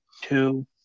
two